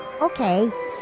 Okay